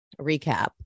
recap